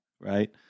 Right